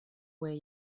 wear